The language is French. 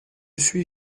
suis